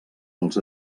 dels